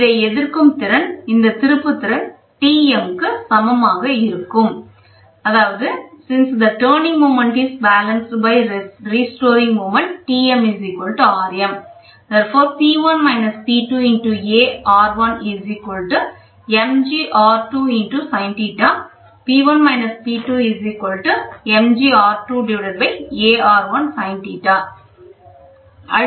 இதை எதிர்க்கும் திறன் இந்தத் திருப்பு திறன் Tm சமமாக இருக்கும்